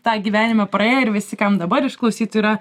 tą gyvenimą praėjo ir visi kam dabar išklausyt yra